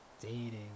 dating